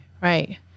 right